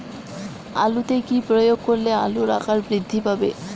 আলুতে কি প্রয়োগ করলে আলুর আকার বৃদ্ধি পাবে?